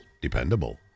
dependable